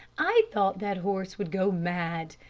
i thought that horse would go mad.